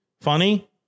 funny